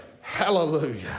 Hallelujah